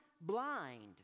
blind